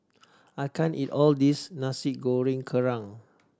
I can't eat all this Nasi Goreng Kerang